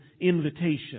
invitation